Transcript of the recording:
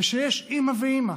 ושיש אימא ואימא,